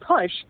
push